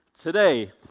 today